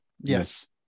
Yes